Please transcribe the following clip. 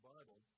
Bible